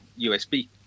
USB